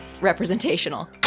representational